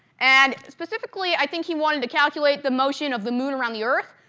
and specifically i think he wanted to calculate the motion of the moon around the earth,